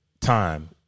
time